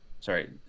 Sorry